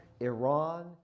Iran